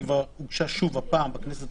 היא כבר הוגשה שוב בכנסת הזאת.